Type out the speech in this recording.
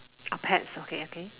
orh pets okay okay